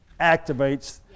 activates